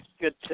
Good